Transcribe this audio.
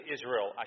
Israel